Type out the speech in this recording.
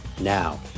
Now